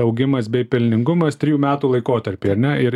augimas bei pelningumas trijų metų laikotarpy ar ne